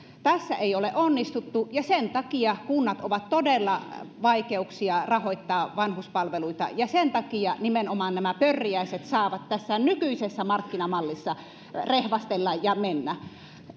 tässä ei ole onnistuttu ja sen takia kunnilla on todella vaikeuksia rahoittaa vanhuspalveluita ja sen takia nimenomaan nämä pörriäiset saavat tässä nykyisessä markkinamallissa rehvastella ja mennä